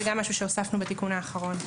זה גם משהו שהוספנו בתיקון האחרון.